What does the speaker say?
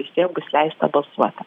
vis tiek bus leista balsuoti